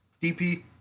DP